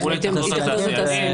מול התאחדות התעשיינים,